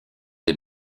des